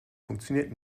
funktioniert